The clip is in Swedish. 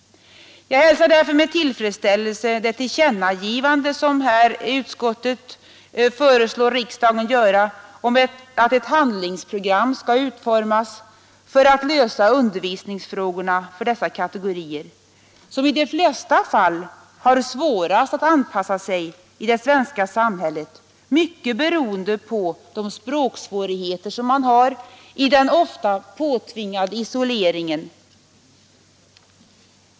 Jag hälsar därför med tillfredsställelse det tillkännagivande som utskottet föreslår riksdagen att göra om att ett handlingsprogram skall utformas för att lösa undervisningsfrågorna för dessa kategorier som i de flesta fall har svårast att anpassa sig i det svenska samhället, mycket beroende på de språksvårigheter de har i den ofta påtvingade isoleringen.